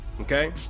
okay